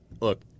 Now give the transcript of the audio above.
Look